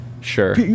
Sure